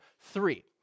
three